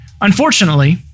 Unfortunately